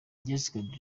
jessica